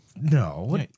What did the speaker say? No